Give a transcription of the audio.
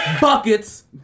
buckets